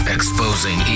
Exposing